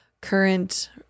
current